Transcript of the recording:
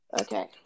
Okay